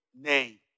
name